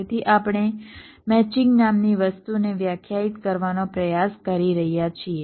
તેથી આપણે મેચિંગ નામની વસ્તુને વ્યાખ્યાયિત કરવાનો પ્રયાસ કરી રહ્યા છીએ